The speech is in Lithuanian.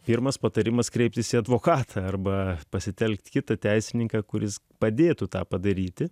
pirmas patarimas kreiptis į advokatą arba pasitelkti kitą teisininką kuris padėtų tą padaryti